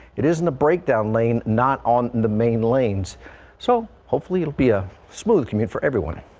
it is in the breakdown lane, not on the main lanes so hopefully it'll be a smooth commute for everyone.